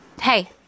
hey